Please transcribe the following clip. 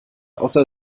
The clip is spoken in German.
außer